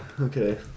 okay